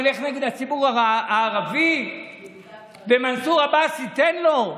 הוא ילך נגד הציבור הערבי ומנסור עבאס ייתן לו?